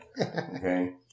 okay